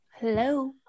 Hello